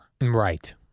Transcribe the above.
Right